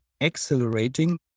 accelerating